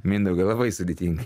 mindaugai labai sudėtingai